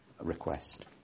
request